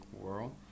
world